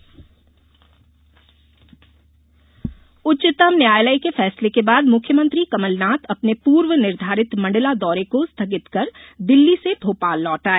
मुख्यमंत्री बैठक उच्चतम न्यायालय के फैसले के बाद मुख्यमंत्री कमल नाथ अपने पूर्व निर्धारित मंडला दौरे को स्थगित कर दिल्ली से भोपाल लौट आए